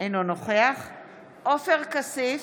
אינו נוכח עופר כסיף,